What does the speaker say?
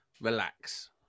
relax